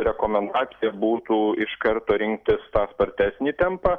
rekomendacija būtų iš karto rinktis tą spartesnį tempą